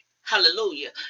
Hallelujah